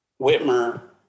Whitmer